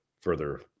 further